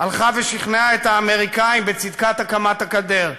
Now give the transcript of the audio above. הלכה ושכנעה את האמריקנים בצדקת הקמת הגדר.